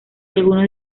algunos